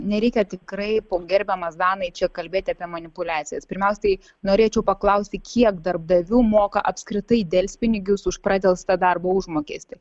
nereikia tikrai po gerbiamas danai čia kalbėti apie manipuliacijas pirmiausiai norėčiau paklausti kiek darbdavių moka apskritai delspinigius už pradelstą darbo užmokestį